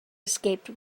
escaped